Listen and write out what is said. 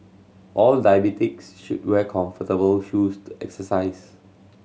all diabetics should wear comfortable shoes to exercise